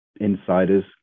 insiders